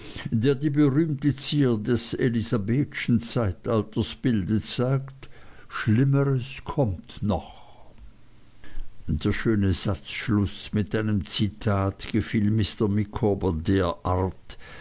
der die berühmte zier des elisabethschen zeitalters bildet sagt schlimmeres kommt noch der schöne satzschluß mit einem zitat gefiel mr micawber derart